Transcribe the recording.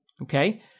Okay